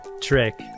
trick